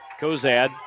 Kozad